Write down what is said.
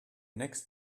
next